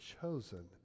chosen